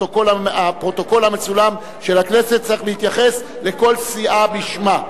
הפרוטוקול המצולם של הכנסת צריך להתייחס לכל סיעה בשמה.